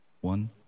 One